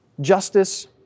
justice